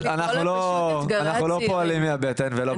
אנחנו לא פועלים מהבטן ולא פזיזים, והכל בסדר.